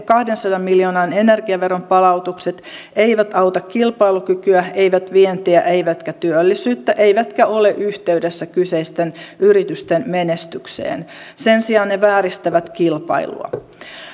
kahdensadan miljoonan energiaveron palautukset eivät auta kilpailukykyä eivät vientiä eivätkä työllisyyttä eivätkä ole yhteydessä kyseisten yritysten menestykseen sen sijaan ne vääristävät kilpailua